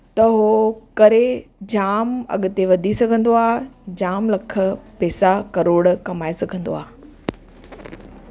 त उहो करे जाम अॻिते वधी सघंदो आहे जाम लख पैसा करोड़ कमाए सघंदो आहे